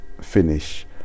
finish